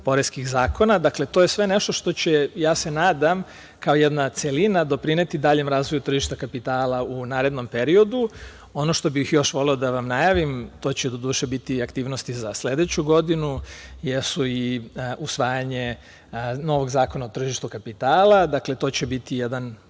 poreskih zakona. Dakle, to je sve nešto što će, ja se nadam, kao jedna celina doprineti daljem razvoju tržišta kapitala u narednom periodu. Ono što bih još voleo da vam najavim, to će doduše biti aktivnosti za sledeću godinu, jeste usvajanje novog zakona o tržištu kapitala. Dakle, to će biti jedan